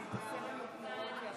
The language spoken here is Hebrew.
חוק